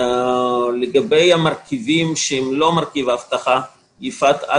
לגבי המרכיבים שהם לא מרכיב אבטחה יפעת,